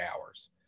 hours